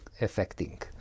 affecting